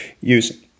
Use